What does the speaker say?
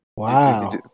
Wow